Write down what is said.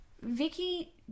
Vicky